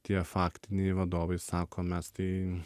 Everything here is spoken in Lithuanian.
tie faktiniai vadovai sako mes tai